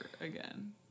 again